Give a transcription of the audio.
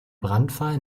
brandfall